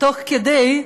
תוך כדי,